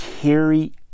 carry